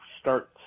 start